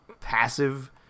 passive